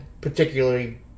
particularly